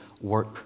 work